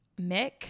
Mick